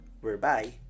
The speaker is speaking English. whereby